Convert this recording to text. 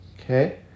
okay